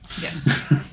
Yes